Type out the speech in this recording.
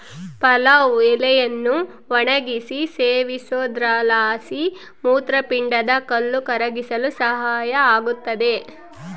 ಪಲಾವ್ ಎಲೆಯನ್ನು ಒಣಗಿಸಿ ಸೇವಿಸೋದ್ರಲಾಸಿ ಮೂತ್ರಪಿಂಡದ ಕಲ್ಲು ಕರಗಿಸಲು ಸಹಾಯ ಆಗುತ್ತದೆ